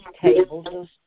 tables